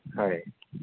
হয়